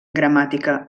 gramàtica